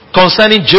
concerning